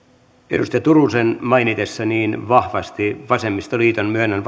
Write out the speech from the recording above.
edustaja turusen mainittua niin vahvasti vasemmistoliiton myönnän